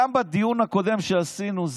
גם בדיון הקודם שעשינו,